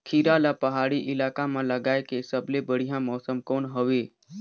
खीरा ला पहाड़ी इलाका मां लगाय के सबले बढ़िया मौसम कोन हवे?